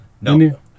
No